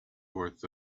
worth